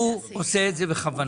ולדימיר עושה את זה בכוונה.